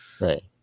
right